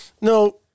No